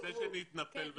רגע, לפני שנתנפל ו